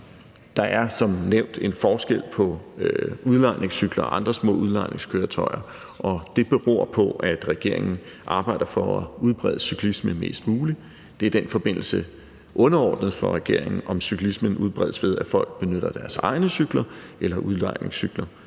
Der er som nævnt en forskel på udlejningscykler og andre små udlejningskøretøjer. Og det beror på, at regeringen arbejder for at udbrede cyklisme mest muligt. Det er i den forbindelse underordnet for regeringen, om cyklismen udbredes, ved at folk benytter deres egne cykler eller udlejningscykler.